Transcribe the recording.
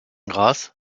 grâce